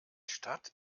stadt